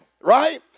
right